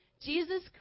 Jesus